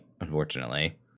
unfortunately